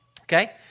Okay